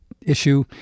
issue